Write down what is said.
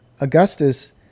Augustus